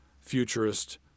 futurist